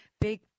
big